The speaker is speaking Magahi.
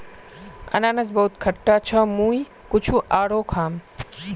अनन्नास बहुत खट्टा छ मुई कुछू आरोह खाम